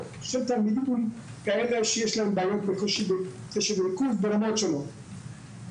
של תלמידים שיש להן בעיות וקושי בקשב וריכוז ברמות שונות.